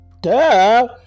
Duh